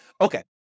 Okay